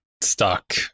stuck